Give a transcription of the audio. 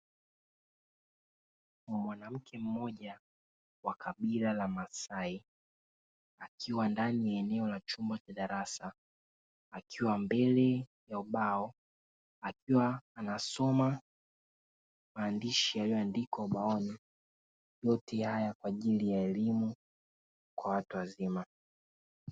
Mwanamke mmoja wa kabila la masai akiwa ndani ya eneo la chuma cha darasa akiwa mbele ya ubao akiwa anasoma maandishi yaliyoandikwa maoni yote haya kwa ajili ya elimu kwa watu wazima.